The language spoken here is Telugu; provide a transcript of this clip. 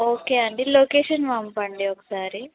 ఓకే అండి లొకేషన్ పంపండి ఒకసారి